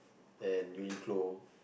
and Uniqlo